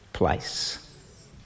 place